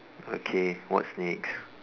okay what's next